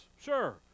sure